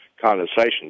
condensation